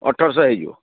ଅଠରଶହ ହେଇଯିବ